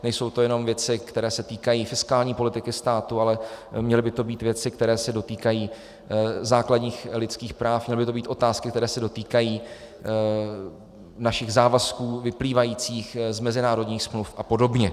Nejsou to jenom věci, které se týkají fiskální politiky státu, ale měly by to být věci, které se dotýkají základních lidských práv, měly by to být otázky, které se dotýkají našich závazků vyplývajících z mezinárodních smluv, apod.